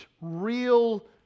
real